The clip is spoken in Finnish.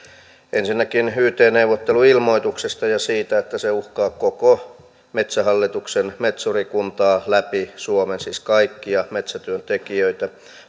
yt neuvotteluilmoituksesta ja siitä että se uhkaa koko metsähallituksen metsurikuntaa läpi suomen siis kaikkia metsätyöntekijöitä